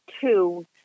two